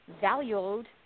valued